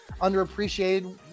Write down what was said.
underappreciated